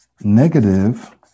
negative